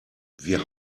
wir